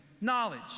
knowledge